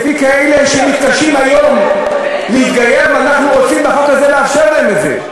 וכאלה שמתקשים היום להתגייר ואנחנו רוצים בחוק הזה לאפשר להם את זה.